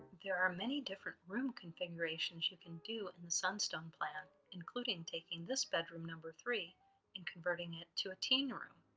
there are many different room configurations you can do in the sunstone plan including taking this bedroom number three and converting it to a teen room.